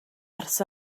ers